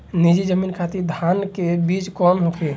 नीची जमीन खातिर धान के बीज कौन होखे?